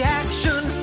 action